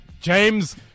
James